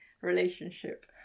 relationship